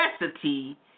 necessity